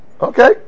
Okay